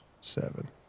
seven